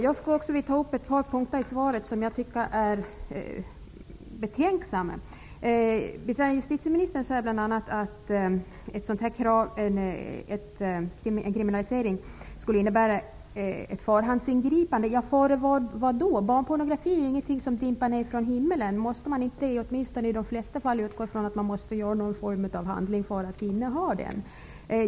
Jag vill ta upp ett par punkter i svaret som jag tycker är betänkliga. Statsrådet säger bl.a. att en kriminalisering skulle innebära ett förhandsingripande. Före vad? Barnpornografi är inte något som dimper ned från himlen. Måste man inte åtminstone i de flesta fall utgå från att ett innehav måste ha föregåtts av någon form av handling?